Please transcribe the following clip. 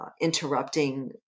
interrupting